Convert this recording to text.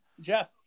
Jeff